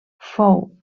fou